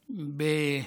הראשון.